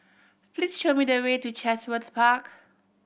please show me the way to Chatsworth Park